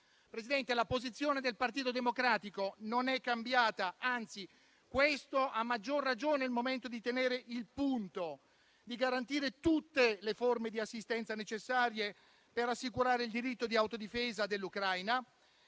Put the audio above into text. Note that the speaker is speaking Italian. Presidente, la posizione del Partito Democratico non è cambiata, anzi, questo è a maggior ragione il momento di tenere il punto, di garantire tutte le forme di assistenza necessarie per assicurare il diritto di autodifesa dell'Ucraina,